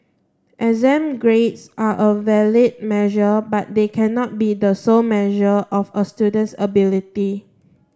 exam grades are a valid measure but they cannot be the sole measure of a student's ability